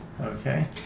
Okay